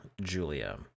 Julia